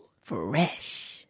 Fresh